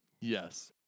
Yes